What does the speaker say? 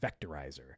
Vectorizer